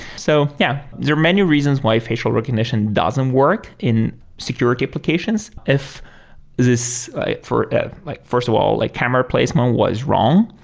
so yeah, there are many reasons why facial recognition doesn't work in security applications if this ah like first of all, like camera placement was wrong,